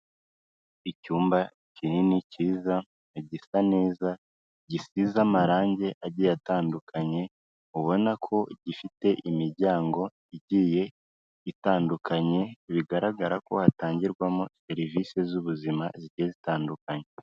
Icyumba kinini cyiza gisa neza, gisize amarange agiye atandukanye, ubona ko gifite imiryango igiye itandukanye, bigaragara ko hatangirwamo serivisi z'ubuzima, zigiye zitandukanye.